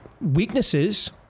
weaknesses